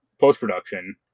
post-production